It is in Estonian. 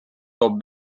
toob